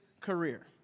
career